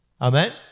Amen